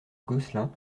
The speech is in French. gosselin